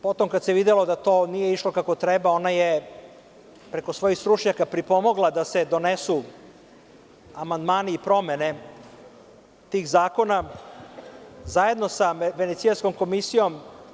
Potom, kada se videlo da to nije išlo kako treba, ona je preko svojih stručnjaka pripomogla da se donesu amandmani i promene tih zakona, zajedno sa Venecijanskom komisijom.